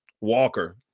Walker